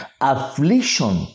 affliction